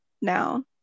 now